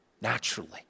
naturally